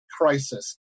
crisis